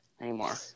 anymore